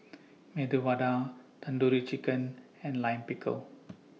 Medu Vada Tandoori Chicken and Lime Pickle